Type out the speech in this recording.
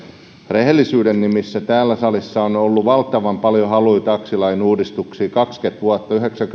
rehellisyyden nimissä täällä salissa on ollut valtavan paljon haluja taksilain uudistuksiin kaksikymmentä vuotta yhdeksänkymmentä luvun